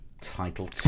title